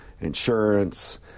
insurance